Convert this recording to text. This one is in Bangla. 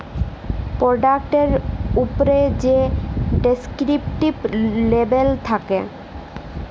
পরডাক্টের উপ্রে যে ডেসকিরিপ্টিভ লেবেল থ্যাকে